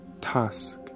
task